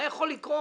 מה יכול לקרות?